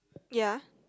ya